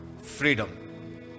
freedom